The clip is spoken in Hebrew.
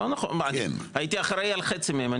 לא נכון, מה אני הייתי אחראי על חצי מהם,